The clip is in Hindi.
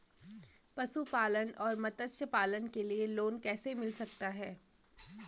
पशुपालन और मत्स्य पालन के लिए लोन कैसे मिल सकता है?